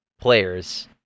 players